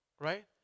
right